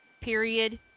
Period